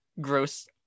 gross